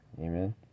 amen